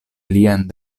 lian